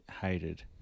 hated